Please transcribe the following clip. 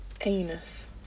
Anus